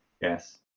yes